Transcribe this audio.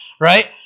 right